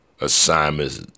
assignments